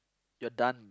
you're done